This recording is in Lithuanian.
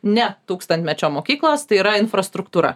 ne tūkstantmečio mokyklos tai yra infrastruktūra